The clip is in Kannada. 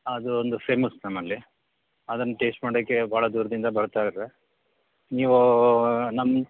ಅದು ಒಂದು ಫೇಮಸ್ ನಮ್ಮಲ್ಲಿ ಅದನ್ನು ಟೇಸ್ಟ್ ಮಾಡೋಕ್ಕೆ ಬಹಳ ದೂರದಿಂದ ಬರ್ತಾರೆ ನೀವು ನಮ್ಮ